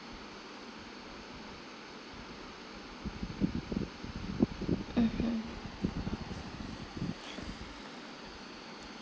mmhmm